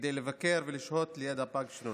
כדי לבקר ולשהות ליד הפג שנולד.